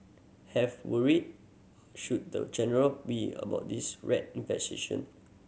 have worried should the general be about this rat infestation